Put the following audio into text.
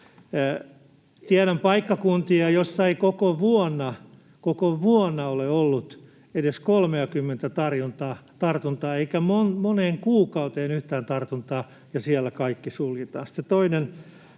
Tiedän paikkakuntia, joissa ei koko vuonna — koko vuonna — ole ollut edes 30:tä tartuntaa eikä moneen kuukauteen yhtään tartuntaa, ja siellä kaikki suljetaan.